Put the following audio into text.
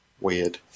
weird